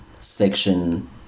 section